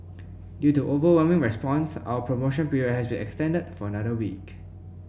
due to overwhelming response our promotion period has been extended for another week